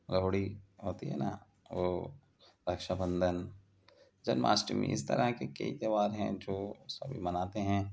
لوڑی ہوتی ہے نا وہ رکشا بندھن جنماشٹمی اس طرح کے کئی تیوہار ہیں جو سب مناتے ہیں